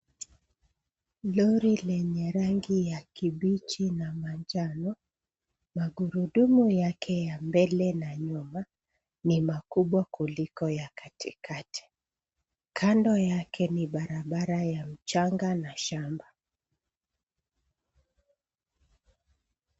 Lori lenye rangi ya kibichi na manjano. Magurudumu yake ya mbele na nyuma ni makubwa kuliko ya katikati. Kando yake ni barabara ya mchanga na shamba.